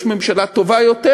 יש ממשלה טובה יותר,